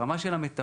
ברמה של המטפלים,